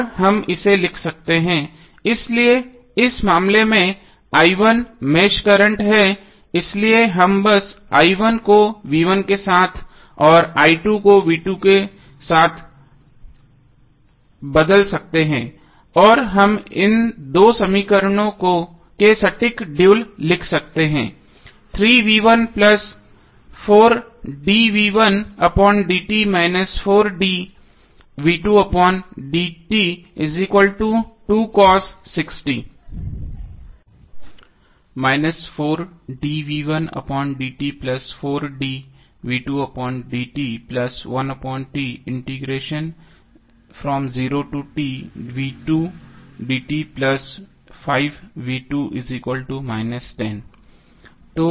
और हम इसे लिख सकते हैं इसलिए इस मामले में मेष करंट है इसलिए हम बस को के साथ और को के साथ बदल सकते हैं और हम इन दो समीकरणों के सटीक ड्यूल लिख सकते हैं